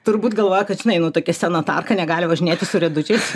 turbūt galvoja kad žinai nu tokia sena tarka negali važinėti su riedučiais